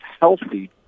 healthy